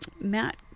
Matt